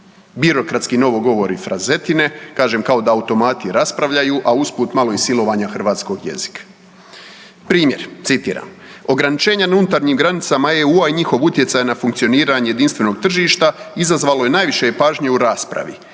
Birokratski novo govori frazetine, kažem kao da automati raspravljaju, a usput malo i silovanja hrvatskog jezika. Primjer, citiram, ograničenja na unutarnjim granicama EU-a i njihov utjecaj na funkcioniranje jedinstvenog tržišta izazvalo je najviše pažnje u raspravi